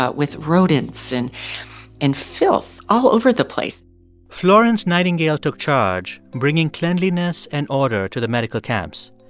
ah with rodents and and filth all over the place florence nightingale took charge, bringing cleanliness and order to the medical camps.